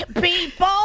people